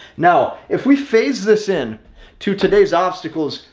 now, if we phase this in to today's obstacles,